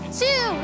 two